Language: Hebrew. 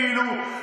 כאילו,